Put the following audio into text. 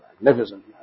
magnificent